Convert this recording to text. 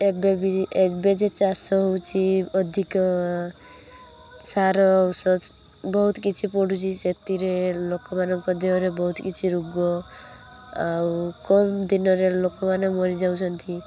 ଏବେ ବି ଏବେ ଯେ ଚାଷ ହେଉଛି ଅଧିକ ସାର ଔଷଧ ବହୁତ କିଛି ପଡ଼ୁଛି ସେଥିରେ ଲୋକମାନଙ୍କ ଦେହରେ ବହୁତ କିଛି ରୋଗ ଆଉ କମ୍ ଦିନରେ ଲୋକମାନେ ମରି ଯାଉଛନ୍ତି